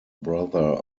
brother